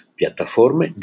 piattaforme